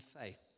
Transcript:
faith